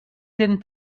didn’t